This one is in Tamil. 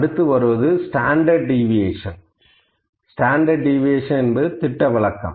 அடுத்து வருவது ஸ்டாண்டர்டு டீவீஏசன் திட்டவிலக்கம்